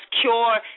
cure